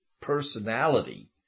personality